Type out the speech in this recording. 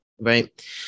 Right